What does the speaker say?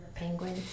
penguin